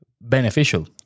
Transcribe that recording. beneficial